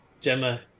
Gemma